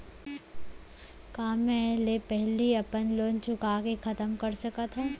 का समय ले पहिली में अपन लोन ला चुका के खतम कर सकत हव?